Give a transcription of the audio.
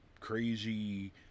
crazy